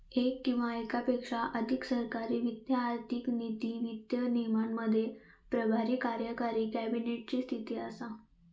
येक किंवा येकापेक्षा अधिक सरकारी वित्त आर्थिक नीती, वित्त विनियमाचे प्रभारी कार्यकारी कॅबिनेट ची स्थिती असा